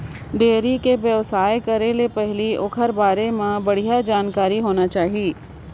dairy के बेवसाय करे ले पहिले ओखर बारे में बड़िहा जानकारी होना चाही